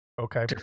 Okay